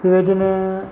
बेबायदिनो